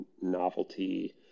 novelty